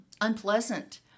unpleasant